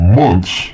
months